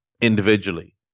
individually